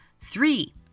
Three